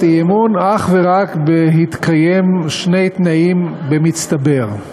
אי-אמון אך ורק בהתקיים שני תנאים במצטבר: